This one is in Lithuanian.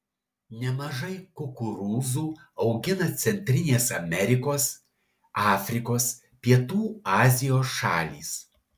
nemažai kukurūzų augina centrinės amerikos afrikos pietų azijos šalys